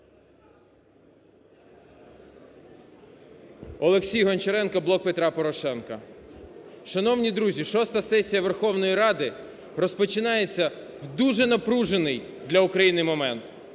Олексій Гочаренко, "Блок Петра Порошенка". Шановні друзі, шоста сесія Верховної Ради розпочинається в дуже напружений для України момент.